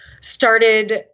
started